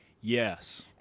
Yes